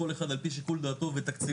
כל אחד על פי שיקול דעתו ותקציבו,